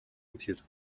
rentiert